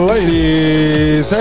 Ladies